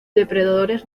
depredadores